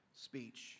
speech